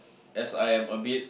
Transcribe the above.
as I am a bit